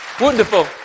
Wonderful